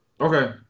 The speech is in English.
okay